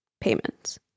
payments